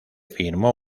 firmó